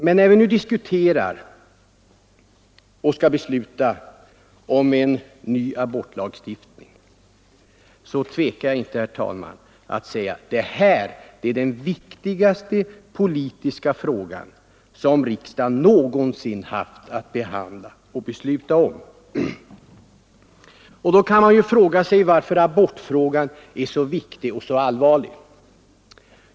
Men när vi nu diskuterar och skall besluta om en ny abortlagstiftning tvekar jag inte, herr talman, att säga att det här är den viktigaste politiska fråga som riksdagen någonsin haft att behandla. Varför är då abortfrågan så viktig och så allvarlig?